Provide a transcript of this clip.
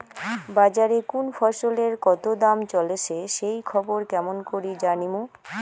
বাজারে কুন ফসলের কতো দাম চলেসে সেই খবর কেমন করি জানীমু?